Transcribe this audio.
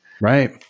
Right